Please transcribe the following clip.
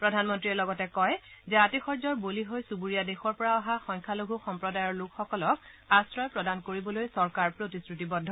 প্ৰধানমন্ত্ৰীয়ে লগতে কয় যে আতিশয্যাৰ বলি হৈ চুবুৰীয়া দেশৰ পৰা অহা সংখ্যালঘু সম্প্ৰদায়ৰ লোকসকলক আশ্ৰয় প্ৰদান কৰিবলৈ চৰকাৰ প্ৰতিশ্ৰুতিবদ্ধ